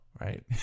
right